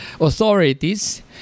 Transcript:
authorities